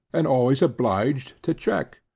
and always obliged to check?